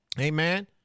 Amen